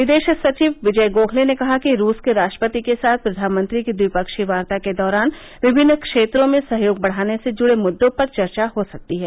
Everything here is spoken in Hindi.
विदेश सचिव विजय गोखले ने कहा कि रूस के राष्ट्रपति के साथ प्रधानमंत्री की द्विपक्षीय वार्ता के दौरान विभिन्न क्षेत्रों में सहयोग बढ़ाने से जुड़े मुद्दों पर चर्चा हो सकती है